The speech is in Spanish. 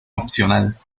opcional